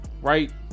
right